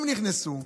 הם נכנסו,